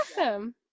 Awesome